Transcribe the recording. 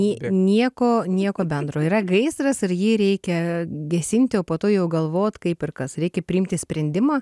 į nieko nieko bendro yra gaisras ir jį reikia gesinti o po to jau galvot kaip ir kas reikia priimti sprendimą